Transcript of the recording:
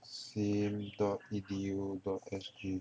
sim dot E_D_U dot S_G